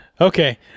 Okay